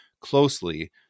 closely